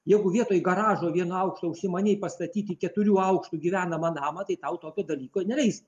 jeigu vietoj garažo vieno aukšto užsimanei pastatyti keturių aukštų gyvenamą namą tai tau tokio dalyko neleis